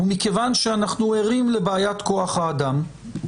ומכיוון שאנחנו ערים לבעיית כוח האדם,